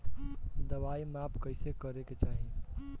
दवाई माप कैसे करेके चाही?